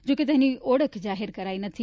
જોકે તેની ઓળખ જાહેર કરાઈ નથી